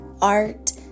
art